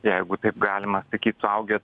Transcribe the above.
jeigu taip galima sakyt suaugę